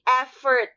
effort